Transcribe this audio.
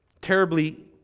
terribly